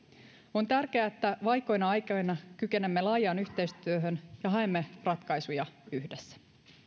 on tärkeää että vaikeina aikoina kykenemme laajaan yhteistyöhön ja haemme ratkaisuja yhdessä